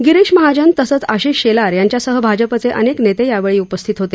गिरीश महाजन तसंच आशिष शेलार यांच्यासह भाजपचे अनेक नेते यावेळी उपस्थित होते